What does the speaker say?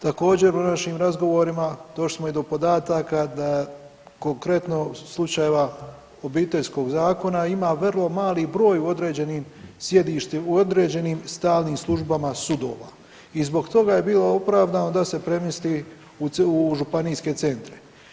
Također u našim razgovorima došli smo i do podataka da konkretno slučajeva obiteljskog zakona ima vrlo mali broj u određenim sjedištima, u određenim stalnim službama sudova i zbog toga je bilo opravdano da se premjesti u županijske centre.